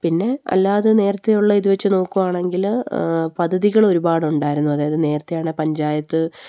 പിന്നെ അല്ലാതെ നേരത്തെയുള്ള ഇത് വെച്ച് നോക്കുകയാണെങ്കില് പദ്ധതികൾ ഒരുപാടുണ്ടായിരുന്നു അതായത് നേരത്തെയാണെങ്കില് പഞ്ചായത്ത്